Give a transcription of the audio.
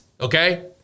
Okay